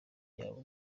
yabo